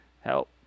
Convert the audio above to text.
Help